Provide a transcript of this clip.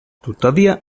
tuttavia